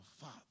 Father